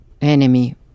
enemy